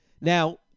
Now